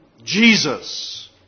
Jesus